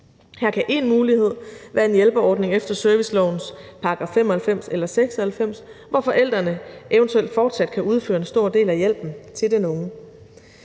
Her kan én mulighed være en hjælpeordning efter servicelovens § 95 eller 96, hvor forældrene eventuelt fortsat kan udføre en stor del af hjælpen til den unge.